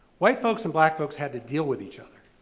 white folks and black folks had to deal with each other.